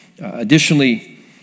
Additionally